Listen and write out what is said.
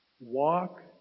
Walk